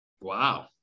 Wow